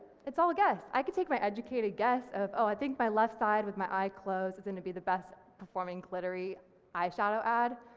it's all i guess. i could take my educated guess of oh i think my left side with my eye closed it's gonna be the best performing glittery eye shadow ad.